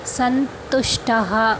सन्तुष्टः